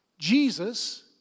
Jesus